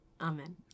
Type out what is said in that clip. Amen